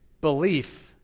belief